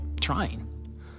trying